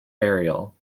burial